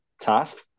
tough